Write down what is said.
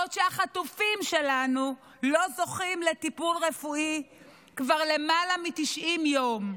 בעוד שהחטופים שלנו לא זוכים לטיפול רפואי כבר למעלה מ-90 יום.